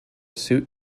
suit